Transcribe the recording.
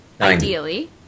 ideally